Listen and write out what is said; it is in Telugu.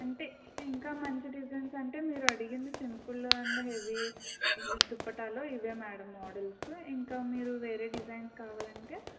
అంటే ఇంకా మంచి డిజైన్స్ అంటే మీరు అడిగింది సింపుల్ అండ్ హెవీ దుప్పట్టాలో ఇవే మేడం మోడల్స్ ఇంకా మీరు వేరే డిజైన్స్ కావాలంటే